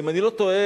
אם אני לא טועה,